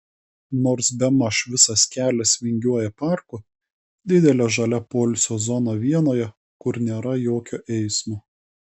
nors bemaž visas kelias vingiuoja parku didele žalia poilsio zona vienoje kur nėra jokio eismo